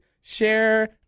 Share